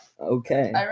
Okay